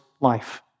life